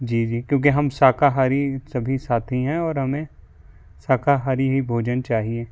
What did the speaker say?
जी जी क्योंकि हम शाकाहारी सभी साथी हैं और हमें शाकाहारी ही भोजन चाहिए